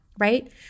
right